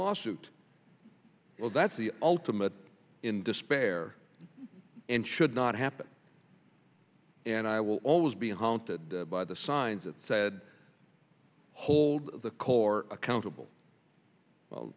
lawsuit well that's the ultimate spare and should not happen and i will always be haunted by the signs that said hold the core accountable well